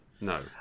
No